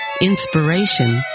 inspiration